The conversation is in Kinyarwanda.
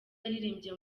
yaririmbye